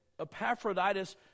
Epaphroditus